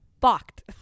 fucked